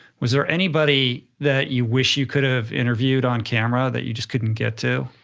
was there anybody that you wish you could have interviewed on camera that you just couldn't get to,